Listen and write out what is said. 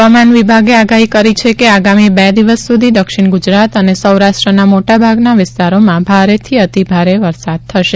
હવામાન વિભાગે આગાહી કરી છે કે આગામી બે દિવસ સુધી દક્ષિણ ગુજરાત અને સૌરાષ્ટ્રના મોટાભાગના વિસ્તારોમાં ભારેથી અતિભારે વરસાદ થશે